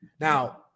now